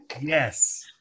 yes